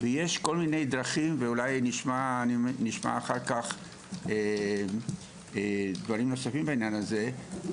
יש כל מיני דרכים ואולי נשמע אחר כך דברים נוספים בעניין הזה,